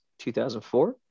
2004